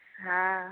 हँ